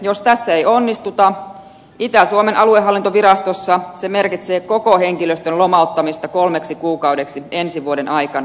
jos tässä ei onnistuta itä suomen aluehallintovirastossa se merkitsee koko henkilöstön lomauttamista kolmeksi kuukaudeksi ensi vuoden aikana